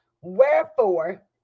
Wherefore